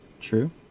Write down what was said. True